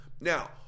Now